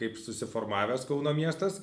kaip susiformavęs kauno miestas